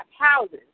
houses